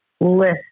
list